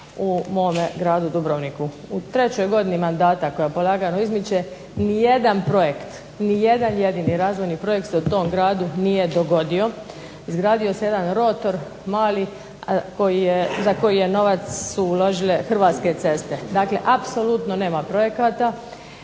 u mome gradu Dubrovniku. U trećoj godini mandata koja polagano izmiče nijedan projekt, nijedan jedini razvojni projekt se u tom gradu nije dogodio, izgradio se jedan rotor mali za koji je novac su uložile Hrvatske ceste, dakle apsolutno nema projekata,